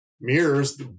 mirrors